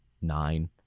nine